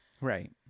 Right